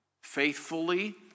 faithfully